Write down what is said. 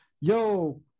Yo